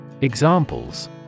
Examples